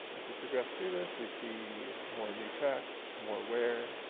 as we progress through this we see more new tracks, more wear.